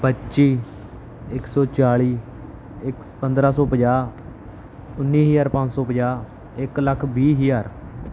ਪੱਚੀ ਇੱਕ ਸੌ ਚਾਲੀ ਇੱਕ ਪੰਦਰਾਂ ਸੌ ਪੰਜਾਹ ਉੱਨੀ ਹਜ਼ਾਰ ਪੰਜ ਸੌ ਪੰਜਾਹ ਇੱਕ ਲੱਖ ਵੀਹ ਹਜ਼ਾਰ